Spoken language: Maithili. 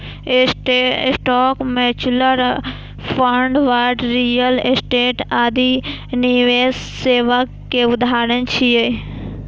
stock, mutual fund, bond, real estate आदि निवेश सेवा के उदाहरण छियै